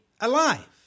alive